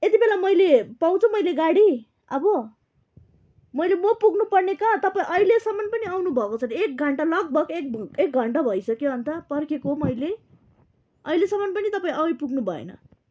यति बेला मैले पाउँछ मैले गाडी अब मैले म पुग्नु पर्ने कहाँ तपाईँ अहिलेसम्मन् पनि आउनु भएको छैन एक घन्टा लगभग एक एक घन्टा भइसक्यो अन्त पर्खेको मैले अहिलेसम्मन् पनि तपाईँ आइपुग्नु भएन